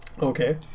Okay